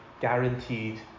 guaranteed